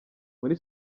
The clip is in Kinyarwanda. muri